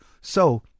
So-